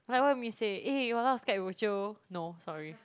like what me say eh !walao! Skype bo-jio no sorry